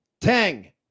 Tang